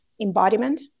embodiment